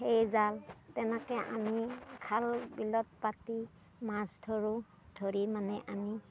সেই জাল তেনেকে আমি খাল বিলত পাতি মাছ ধৰোঁ ধৰি মানে আমি